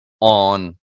on